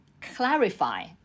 clarify